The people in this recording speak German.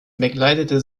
begleitete